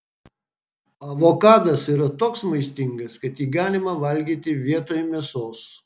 avokadas yra toks maistingas kad jį galima valgyti vietoj mėsos